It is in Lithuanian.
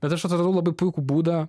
bet aš atradau labai puikų būdą